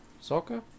Soccer